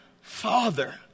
father